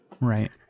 right